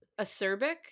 acerbic